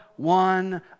one